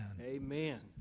amen